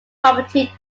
property